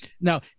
Now